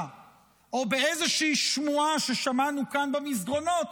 או באיזושהי שמועה ששמענו כאן במזנון באמת